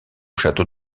château